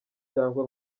cyangwa